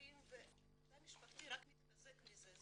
גברים והתא המשפחתי רק מתחזק מזה.